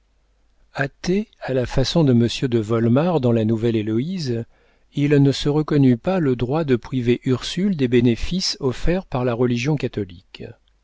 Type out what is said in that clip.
médecin athée à la façon de monsieur de wolmar dans la nouvelle héloïse il ne se reconnut pas le droit de priver ursule des bénéfices offerts par la religion catholique